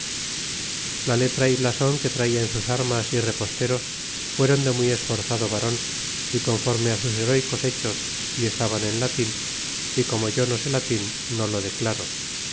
la imite y blason que trate en sus armas reposteros fueron de muy esforzado varen y conforme sus herecos hechos y estaban en latin y comoe yo no sé latin no lo declaro